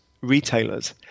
retailers